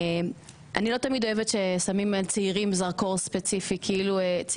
אני לא אוהבת ששמים זרקור ספציפי על הצעירים,